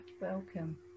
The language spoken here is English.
Welcome